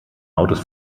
autos